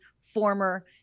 former